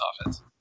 offense